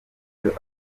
bwose